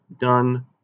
done